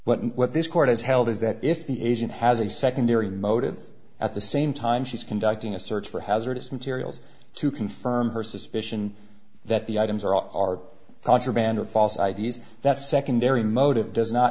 but what this court has held is that if the asian has a secondary motive at the same time she's conducting a search for hazardous materials to confirm her suspicion that the items are contraband or false i d s that secondary motive does not